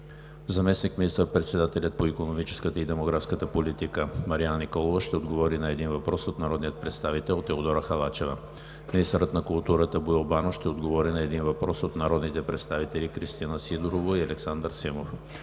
Заместник министър-председателят по икономическата и демографската политика Марияна Николова ще отговори на един въпрос от народния представител Теодора Халачева. 2. Министърът на културата Боил Банов ще отговори на един въпрос от народните представители Кристина Сидорова и Александър Симов.